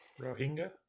Rohingya